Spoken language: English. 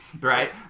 Right